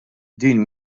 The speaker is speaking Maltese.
din